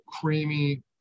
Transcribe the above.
creamy